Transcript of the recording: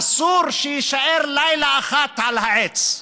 אסור שיישאר לילה אחד על העץ.